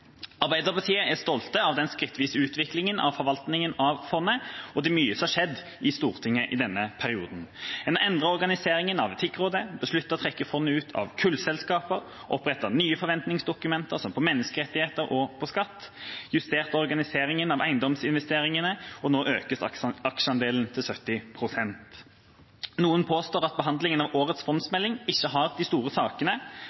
Arbeiderpartiet er stolt av den skrittvise utviklingen av forvaltningen av fondet. Og det er mye som har skjedd i Stortinget i denne perioden. En har endret organiseringen av Etikkrådet besluttet å trekke fondet ut av kullselskaper opprettet nye forventningsdokumenter, som på menneskerettigheter og på skatt justert organiseringen av eiendomsinvesteringene Og nå økes aksjeandelen til 70 pst. Noen påstår at behandlingen av årets